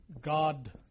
God